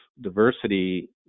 diversity